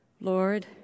Lord